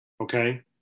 Okay